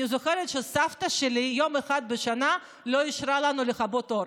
אני זוכרת שסבתא שלי יום אחד בשנה לא אישרה לנו לכבות אור.